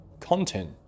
content